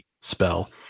spell